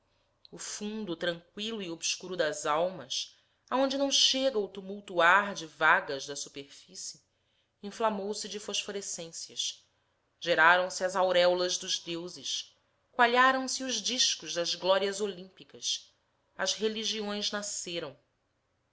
o fundo tranqüilo e obscuro das almas aonde não chega o tumultuar de vagas da superfície inflamou-se de fosforescências geraram se as auréolas dos deuses coalharam se os discos das glórias olímpicas as religiões nasceram